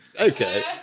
okay